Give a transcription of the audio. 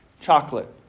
chocolate